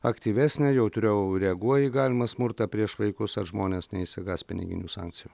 aktyvesnė jautriau reaguoja į galimą smurtą prieš vaikus ar žmonės neišsigąs piniginių sankcijų